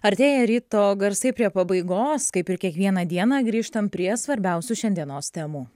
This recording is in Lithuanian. artėja ryto garsai prie pabaigos kaip ir kiekvieną dieną grįžtam prie svarbiausių šiandienos temų